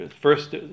first